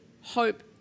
hope